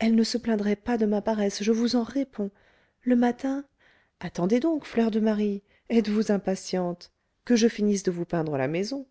elle ne se plaindrait pas de ma paresse je vous en réponds le matin attendez donc fleur de marie êtes-vous impatiente que je finisse de vous peindre la maison